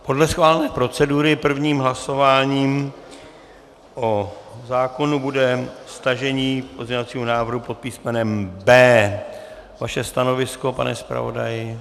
Podle schválené procedury prvním hlasováním o zákonu bude stažení pozměňovacího návrhu pod písmenem B. Vaše stanovisko, pane zpravodaji?